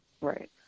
Right